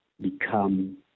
become